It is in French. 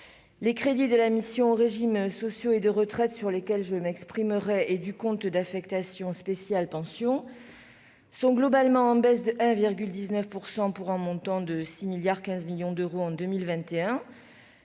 les crédits de la mission « Régimes sociaux et de retraite », sur lesquels je m'exprimerai, et du compte d'affectation spéciale « Pensions » sont globalement en baisse de 1,19 %, pour un montant de 6,15 milliards d'euros en 2021.